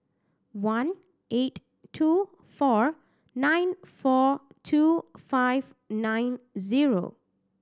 one eight two four nine four two five nine zero